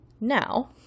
Now